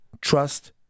trust